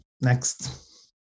Next